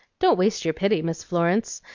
don't waste your pity, miss florence.